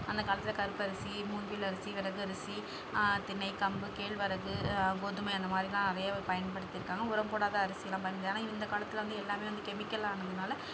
அந்தக் காலத்தில் கருப்பு அரிசி மூங்கில் அரிசி வரகு அரிசி திணை கம்பு கேழ்வரகு கோதுமை அந்த மாதிரிதான் அதிகம் பயன்படுத்தியிருக்காங்க உரம் போடாத அரிசி எல்லாம் பாருங்கள் ஆனால் இந்தக் காலத்தில் வந்து எல்லாமே வந்து கெமிக்கல் ஆனதுனால